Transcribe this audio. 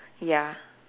ya